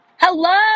Hello